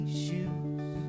shoes